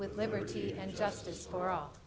liberty and justice for all